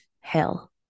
hell